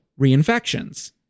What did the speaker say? reinfections